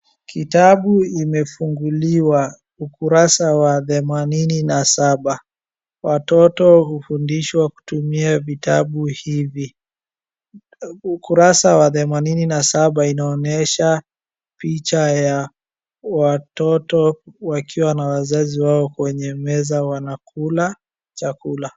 Kitabu imefunguliwa ukurasa wa themanini na saba. Watoto hufundishwa kutumia vitabu hivi. Ukurasa wa themanini na saba inaonyesha picha ya watoto wakiwa na wazazi wao kwenye meza wanakula chakula.